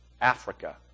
Africa